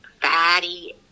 fatty